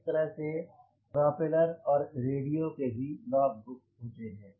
इसी तरह से प्रोपेलर और रेडियो के भी लॉग बुक होते हैं